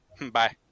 Bye